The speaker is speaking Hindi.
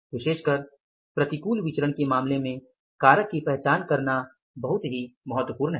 विशेषकर प्रतिकूल विचरण के मामले में कारक की पहचान करना सबसे महत्वपूर्ण है